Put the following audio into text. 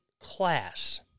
class